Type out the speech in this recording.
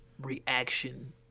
reaction